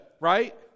right